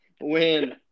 win